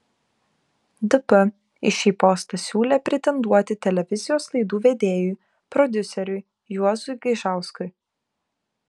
dp į šį postą siūlė pretenduoti televizijos laidų vedėjui prodiuseriui juozui gaižauskui